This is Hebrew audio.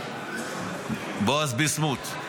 שבעה --- בועז ביסמוט,